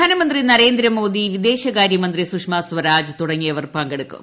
പ്രധാനമന്ത്രി നരേന്ദ്രമോദി വിദേശകാര്യമന്ത്രി സുഷമ സ്വരാജ് തുടങ്ങിയവർ പങ്കെടുക്കും